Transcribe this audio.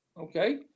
okay